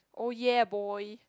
oh ya boy